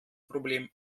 problem